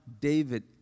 David